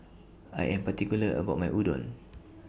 I Am particular about My Udon